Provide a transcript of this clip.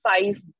five